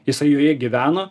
jisai joje gyveno